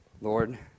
Lord